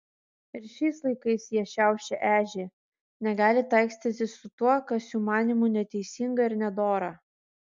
ir šiais laikais jie šiaušia ežį negali taikstytis su tuo kas jų manymu neteisinga ir nedora